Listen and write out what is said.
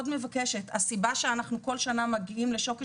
הסיבה שאנחנו כל שנה מגיעים לשוקת